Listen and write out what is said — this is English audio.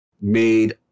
made